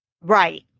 right